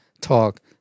talk